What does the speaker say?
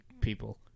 people